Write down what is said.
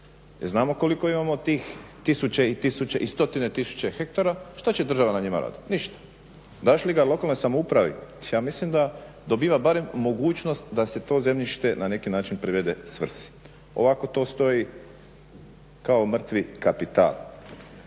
znamo koliko imamo tih tisuće i tisuće i stotine tisuće hektara, što će država na njima raditi, ništa. Daš li ga lokalnoj samoupravi ja mislim da dobiva barem mogućnost da se to zemljište na neki način privede svrsi. Ovako to stoji kao mrtvi kapital.